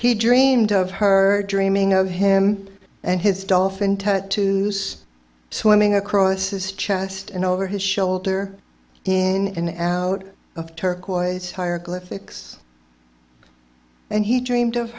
he dreamed of her dreaming of him and his dolphin tattoos swimming across his chest and over his shoulder in and out of turquoise higher cliff ix and he dreamed of